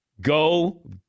go